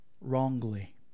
wrongly